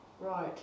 right